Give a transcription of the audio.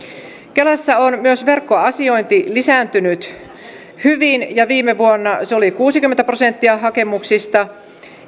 kelassa on myös verkkoasiointi lisääntynyt hyvin ja viime vuonna se oli kuusikymmentä prosenttia hakemuksista